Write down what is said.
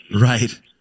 Right